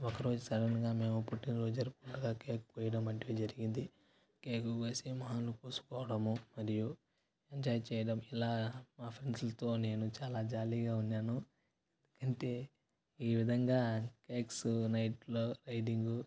ఒక రోజు సడన్గా మేము పుట్టినరోజు జరుపుతుండగా మేం కేక్ కోయడం వంటివి జరిగింది కేకు కోసి మొహానికి పూసుకోవడము మరియు ఎంజాయ్ చేయడం ఇలా మా ఫ్రెండ్స్లతో నేను చాలా జాలీగా ఉన్నాను అంటే ఈ విధంగా కేక్సు నైట్లో రైడింగు